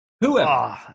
Whoever